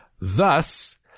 Thus